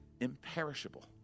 imperishable